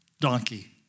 donkey